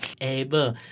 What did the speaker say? able